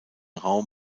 raum